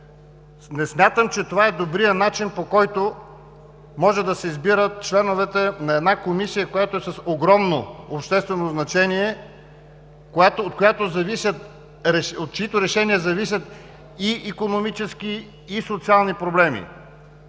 Не смятам, че това е добрият начин, по който може да се избират членовете на една комисия, която е с огромно обществено значение, от чиито решения зависят и икономически, и социални проблеми.